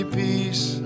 peace